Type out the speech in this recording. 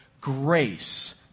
grace